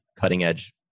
cutting-edge